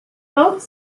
both